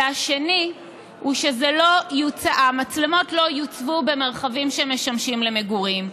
והשני הוא שהמצלמות לא יוצבו במרחבים שמשמשים למגורים.